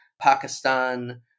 Pakistan